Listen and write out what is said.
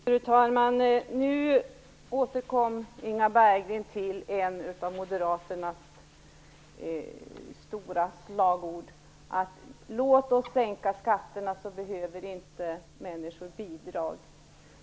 Fru talman! Nu återkom Inga Berggren till ett av moderaternas stora slagord: Låt oss sänka skatterna så behöver inte människor bidrag.